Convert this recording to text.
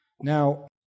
Now